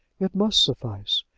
it must suffice.